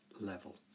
level